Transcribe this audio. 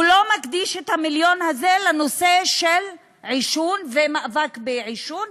הוא לא מקדיש את המיליון הזה לנושא של עישון ומאבק בעישון,